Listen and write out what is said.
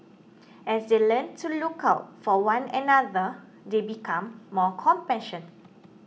as they learn to look out for one another they become more compassion